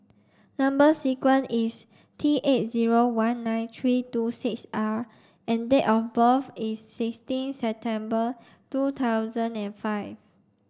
number sequence is T eight zero one nine three two six R and date of birth is sixteen September two thousand and five